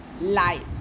life